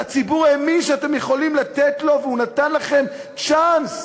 שהציבור האמין שאתם יכולים לתת לו והוא נתן לכם צ'אנס,